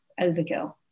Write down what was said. overkill